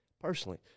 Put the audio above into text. Personally